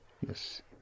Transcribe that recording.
yes